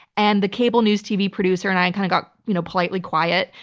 and the cable news tv producer and i and kind of got you know politely quiet,